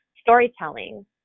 storytelling